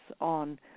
on